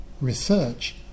research